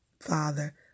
father